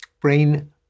brain